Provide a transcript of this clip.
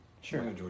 sure